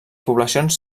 poblacions